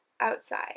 outside